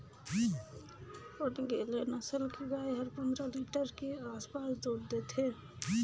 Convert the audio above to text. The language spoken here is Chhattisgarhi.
ओन्गेले नसल के गाय हर पंद्रह लीटर के आसपास दूद देथे